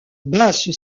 basse